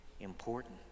important